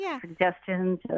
suggestions